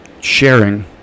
sharing